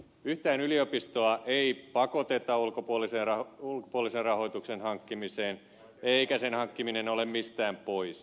yhtään yliopistoa ei pakoteta ulkopuolisen rahoituksen hankkimiseen eikä sen hankkiminen ole mistään pois